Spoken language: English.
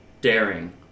daring